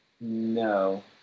No